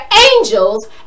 angels